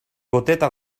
goteta